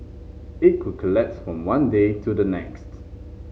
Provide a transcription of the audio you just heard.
it could collapse from one day to the next